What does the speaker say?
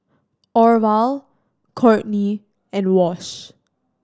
Orval Kortney and Wash